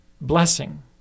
blessing